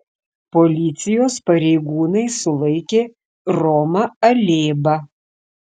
policijos pareigūnai sulaikė romą alėbą